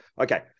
okay